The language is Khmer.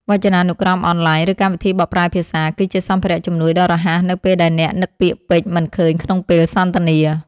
វចនានុក្រមអនឡាញ ឬកម្មវិធីបកប្រែភាសា គឺជាសម្ភារៈជំនួយដ៏រហ័សនៅពេលដែលអ្នកនឹកពាក្យពេចន៍មិនឃើញក្នុងពេលសន្ទនា។